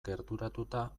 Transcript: gerturatuta